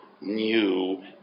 new